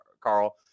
Carl